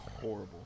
horrible